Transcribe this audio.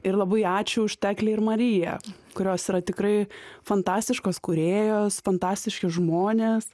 ir labai ačiū už teklę ir mariją kurios yra tikrai fantastiškos kūrėjos fantastiški žmonės